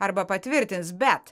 arba patvirtins bet